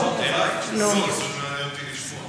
אין לך, סתם מעניין אותי לשמוע.